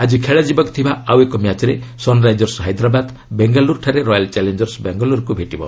ଆକି ଖେଳାଯିବାକୁ ଥିବା ଆଉ ଏକ ମ୍ୟାଚ୍ରେ ସନ୍ରାଇଜର୍ସ ହାଇଦ୍ରାବାଦ୍ ବେଙ୍ଗାଲୁରୁଠାରେ ରୟାଲ୍ ଚାଲେଞ୍ଜର୍ସ ବାଙ୍ଗାଲୋରକୁ ଭେଟିବ